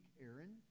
Aaron